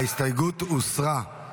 ההסתייגות הוסרה.